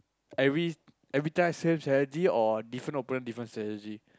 every every time same strategy or different opponent different strategy